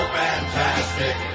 fantastic